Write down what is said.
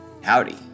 Howdy